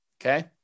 Okay